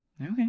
okay